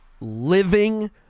living